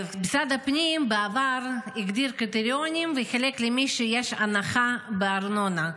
משרד הפנים הגדיר בעבר קריטריונים וחילק למי שיש הנחה בארנונה.